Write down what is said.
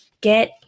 get